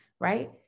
right